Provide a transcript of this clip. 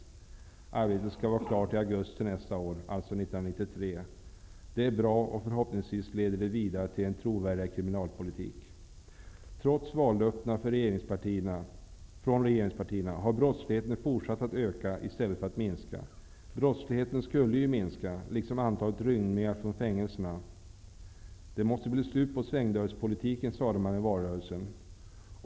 Arbetet skall vara klart i augusti 1993. Det är bra och kommer förhoppningsvis att leda vidare till en trovärdigare kriminalpolitik. Trots vallöftena från de nuvarande regeringspartierna har brottsligheten fortsatt att öka i stället för att minska. Brottsligheten skulle minska, liksom antalet rymningar från fängelserna. Det måste bli slut på svängdörrspolitiken, sade man i valrörelsen.